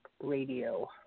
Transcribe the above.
Radio